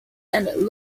and